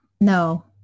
No